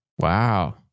Wow